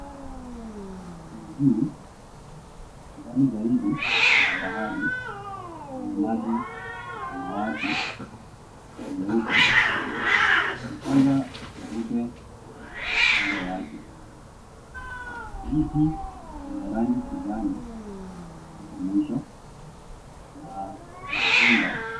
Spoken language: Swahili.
Ni juu mbali zaidi kuna bahari yenye maji ya samawati na nyeupe, mchanga mweupe kando yake miti yenye rangi ya kijani ipo mwisho na majumba.